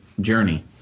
journey